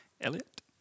Elliot